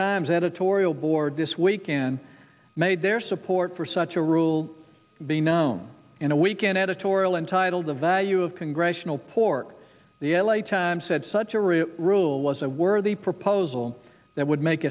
times editorial board this weekend made their support for such a rule be known in a weekend editorial entitled the value of congressional pork the l a times said such a rich rule was a worthy proposal that would make